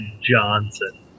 Johnson